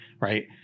right